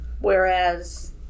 Whereas